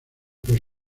pues